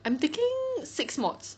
I'm taking six mods